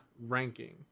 ranking